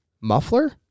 Muffler